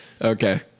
Okay